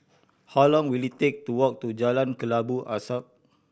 how long will it take to walk to Jalan Kelabu Asap